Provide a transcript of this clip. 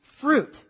fruit